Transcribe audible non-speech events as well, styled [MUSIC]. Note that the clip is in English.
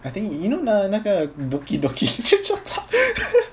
I think you know 那那个 [LAUGHS]